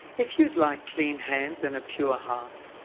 if you'd like clean hands and a pure heart,